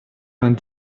vingt